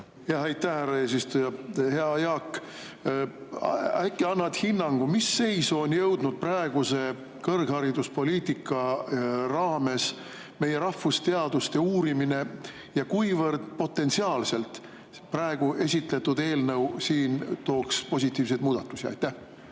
eesistuja! Hea Jaak! Äkki annad hinnangu, mis seisu on jõudnud praeguse kõrghariduspoliitika raames meie rahvusteaduste uurimine ja kuivõrd potentsiaalselt praegu esitletud eelnõu siin tooks positiivseid muudatusi? Aitäh,